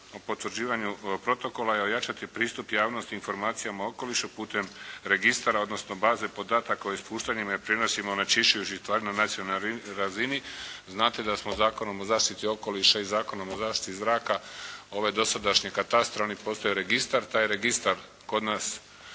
o potvrđivanju protokola je ojačati pristup javnosti informacijama o okolišu putem registara, odnosno baze podataka o ispuštanjima i prijenosima onečišćujućih tvari na nacionalnoj razini. Znate da smo Zakonom o zaštiti okoliša i Zakonom o zaštiti zraka ove dosadašnje katastre, oni postaju registar. Taj je registar kod nas